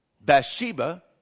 Bathsheba